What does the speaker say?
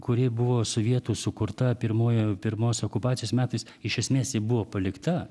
kuri buvo sovietų sukurta pirmoji pirmos okupacijos metais iš esmės ji buvo palikta